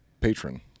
patron